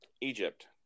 Egypt